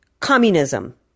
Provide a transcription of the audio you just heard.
Communism